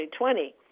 2020